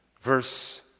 Verse